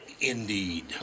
Indeed